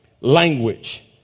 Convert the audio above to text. language